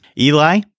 Eli